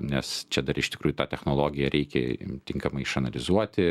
nes čia dar iš tikrųjų tą technologiją reikia tinkamai išanalizuoti